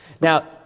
Now